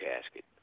casket